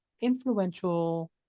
influential